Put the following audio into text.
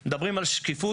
אם מדברים על שקיפות,